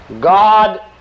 god